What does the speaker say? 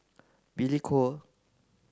Billy Koh